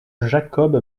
jacob